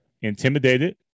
intimidated